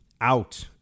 out